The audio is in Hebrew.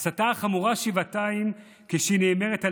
ההסתה חמורה שבעתיים כשהיא נאמרת על